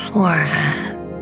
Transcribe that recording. Forehead